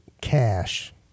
cash